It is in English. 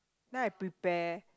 now I prepare